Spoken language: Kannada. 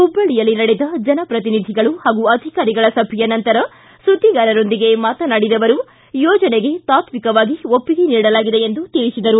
ಹುಬ್ವಳ್ಳಿಯಲ್ಲಿ ನಡೆದ ಜನಪ್ರತಿನಿಧಿಗಳು ಹಾಗೂ ಅಧಿಕಾರಿಗಳ ಸಭೆಯ ನಂತರ ಸುದ್ದಿಗಾರರೊಂದಿಗೆ ಮಾತನಾಡಿದ ಅವರು ಯೋಜನೆಗೆ ತಾತ್ವಿಕವಾಗಿ ಒಪ್ಪಿಗೆ ನೀಡಲಾಗಿದೆ ಎಂದು ತಿಳಿಸಿದರು